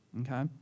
Okay